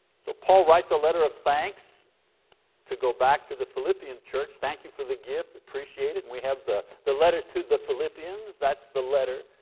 so paul writes a letter of thanks to go back to the philippian church. thank you for the gift. i appreciate it. and we have the the letter to the philippians, that's the letter.